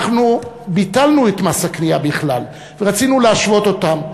אנחנו ביטלנו את מס הקנייה בכלל ורצינו להשוות אותם.